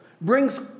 brings